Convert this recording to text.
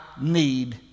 need